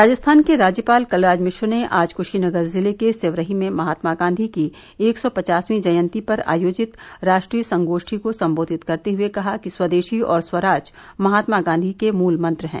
राजस्थान के राज्यपाल कलराज मिश्र ने आज क्शीनगर जिले के सेवरही में महात्मा गांधी की एक सौ पचासवीं जयंती पर आयोजित राष्ट्रीय संगोष्ठी को सम्बोधित करते हए कहा कि स्वदेशी और स्वराज महात्मा गांधी के मूल मंत्र हैं